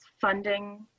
funding